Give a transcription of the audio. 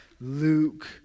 Luke